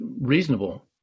reasonable